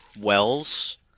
Wells